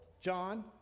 John